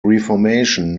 reformation